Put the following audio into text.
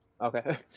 Okay